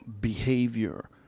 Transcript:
behavior